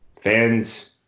fans